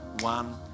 One